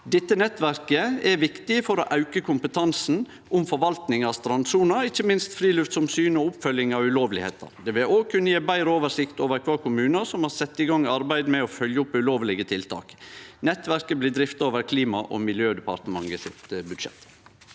Dette nettverket er viktig for å auke kompetansen om forvalting av strandsona, ikkje minst når det gjeld friluftsomsyn og oppfølging av ulovlegheiter. Det vil òg kunne gje betre oversikt over kva kommunar som har sett i gang arbeid med å følgje opp ulovlege tiltak. Nettverket blir drifta over budsjettet til Klima- og miljødepartementet.